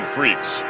Freaks